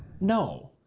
No